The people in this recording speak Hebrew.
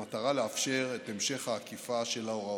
במטרה לאפשר את המשך האכיפה של ההוראות.